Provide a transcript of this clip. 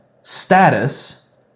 status